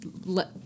let